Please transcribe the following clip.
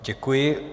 Děkuji.